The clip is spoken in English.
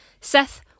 Seth